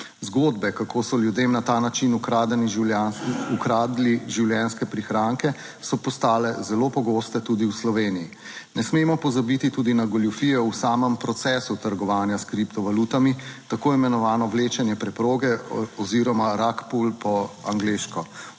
Zgodbe, kako so ljudem na ta način ukradli življenjske prihranke, so postale zelo pogoste tudi v Sloveniji. Ne smemo pozabiti tudi na goljufije v samem procesu trgovanja s kriptovalutami, tako imenovano vlečenje preproge oziroma rack pull po angleško.